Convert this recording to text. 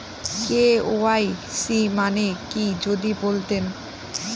KYC মানে কি যদি বলতেন?